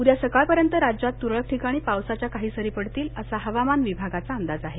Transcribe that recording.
उद्या सकाळपर्यंत राज्यात तुरळक ठिकाणी पावसाच्या काही सरी पडतील असा हवामान विभागाचा अंदाज आहे